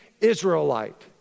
Israelite